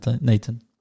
Nathan